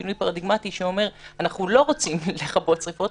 הוא שינוי פרדיגמטי שאומר שאנחנו לא רוצים לכבות שרפות,